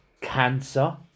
cancer